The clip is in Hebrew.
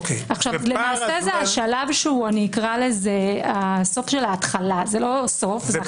למעשה זה השלב שהוא סוף ההתחלה, אקרא לזה.